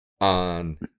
on